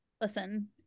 listen